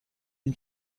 این